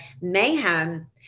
mayhem